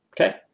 Okay